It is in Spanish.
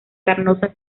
carnosa